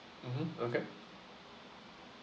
mmhmm okay